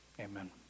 Amen